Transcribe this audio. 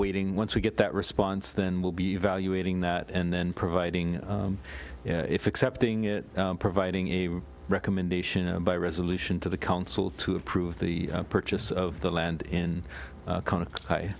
awaiting once we get that response then we'll be evaluating that and then providing if accepting it providing a recommendation by resolution to the council to approve the purchase of the land in